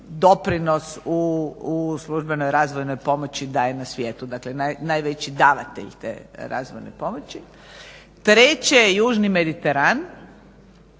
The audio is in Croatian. doprinos u službenoj razvojnoj pomoći daje na svijetu. Dakle, najveći davatelj te razvojne pomoći. Treće južni Mediteran